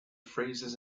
phrases